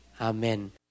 Amen